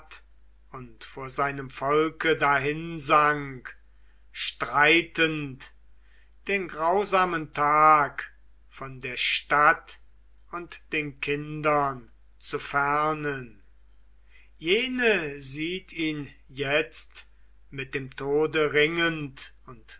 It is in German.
und vor seinem volke dahinsank streitend den grausamen tag von der stadt und den kindern zu fernen jene sieht ihn jetzt mit dem tode ringend und